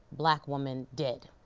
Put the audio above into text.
black woman, dead.